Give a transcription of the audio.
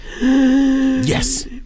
Yes